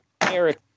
Eric